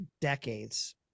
decades